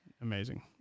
Amazing